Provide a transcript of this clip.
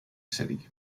city